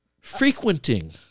Frequenting